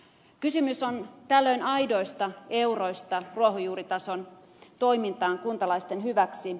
kysymys on tällöin aidoista euroista ruohonjuuritason toimintaan kuntalaisten hyväksi